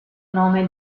nome